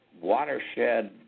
watershed